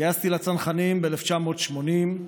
התגייסתי לצנחנים ב-1980,